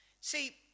See